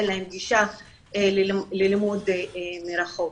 אין להם גישה ללימוד מרחוק.